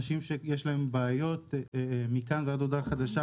אנשים שיש להם בעיות מכאן ועד הודעה חדשה,